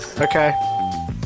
Okay